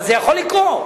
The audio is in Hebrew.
אבל זה יכול לקרות.